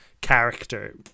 character